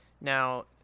now